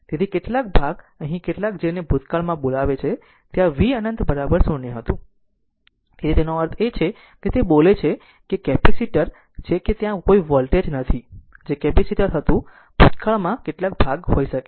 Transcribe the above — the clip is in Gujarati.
તેથી કેટલાક ભાગ અહીં કેટલાક જેને ભૂતકાળમાં બોલાવે છે તે આ v અનંત 0 હતું તેથી તેનો અર્થ એ છે કે તે બોલે છે કે r કેપેસિટર છે કે ત્યાં કોઈ વોલ્ટેજ નથી જે કેપેસિટર હતું ભૂતકાળમાં કેટલાક ભાગ હોઈ શકે છે